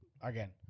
Again